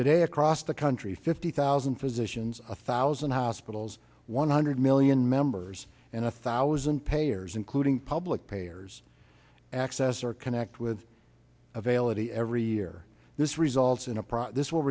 today across the country fifty thousand physicians a thousand hospitals one hundred million members and a thousand payers including public payers access or connect with available every year this results in a profit this will